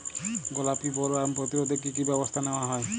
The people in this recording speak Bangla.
গোলাপী বোলওয়ার্ম প্রতিরোধে কী কী ব্যবস্থা নেওয়া হয়?